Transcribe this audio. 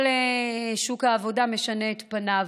כל שוק העבודה משנה את פניו,